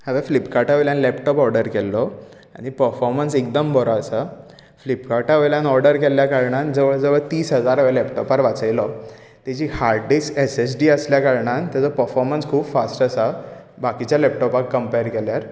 हांवे फ्लिपकार्टा वयल्यान लॅपटॉप ऑर्डर केल्लो आनी परफॉर्मन्स एकदम बरो आसा फ्लिपकार्टा वयल्यान ऑर्डर केल्या कारणान जवळ जवळ तीस हजार हांवेंन लॅपटॉपार वाचयलो तेची हार्ड डीस्क एसएचडी आसल्या कारणान ताचो परफॉरमन्स खूब फास्ट आसा बाकीच्या लॅपटॉपाक कंपॅर केल्यार